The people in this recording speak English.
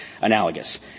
analogous